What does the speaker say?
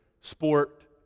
sport